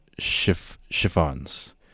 Chiffons